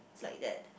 like that